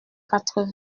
quatre